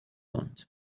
ماند